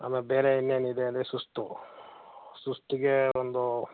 ಆಮೇಲೆ ಬೇರೆ ಇನ್ನೇನಿದೆ ಅಂದರೆ ಸುಸ್ತು ಸುಸ್ತಿಗೆ ಒಂದು